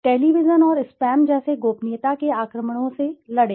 television और spam जैसे गोपनीयता के आक्रमणों से लड़ें